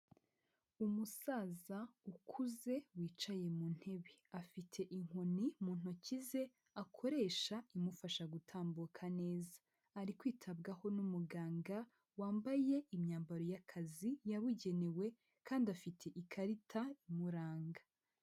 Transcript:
Umusaza ukuze wicaye mu ntebe afite inkoni mu ntoki ze akoresha imufasha gutambuka neza, ari kwitabwaho n'umuganga wambaye imyambaro y'akazi yabugenewe kandi afite ikarita imuranga.